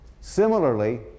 Similarly